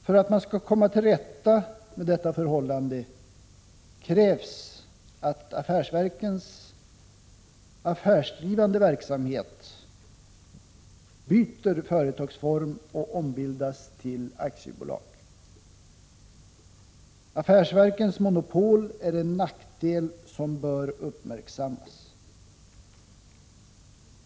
För att man skall komma till rätta med detta förhållande krävs att affärsverkens affärsdrivande verksamhet byter företagsform och ombildas till aktiebolag. Affärsverkens monopol är en nackdel som bör uppmärksammas.